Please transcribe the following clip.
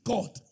God